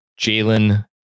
Jalen